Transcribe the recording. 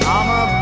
I'ma